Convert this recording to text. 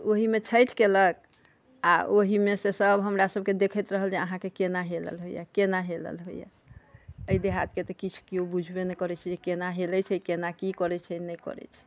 ओहि मे छठि केलक आ ओहि मे से सब हमरासबके देखैत रहल जे अहाँ के केना हेलल होइया केना हेलल होइया एहि देहात के तऽ किछु केओ बुझबे नहि करै छै केना हेलै छै केना कि करै छै नहि करै छै